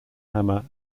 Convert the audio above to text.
hammer